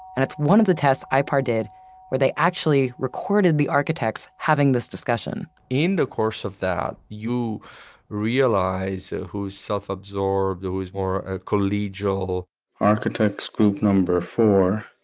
and it's one of the tests ipar did where they actually recorded the architects having this discussion in the course of that, you realize who's self-absorbed, who is more ah collegial architects group number four,